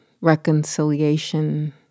reconciliation